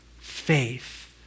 faith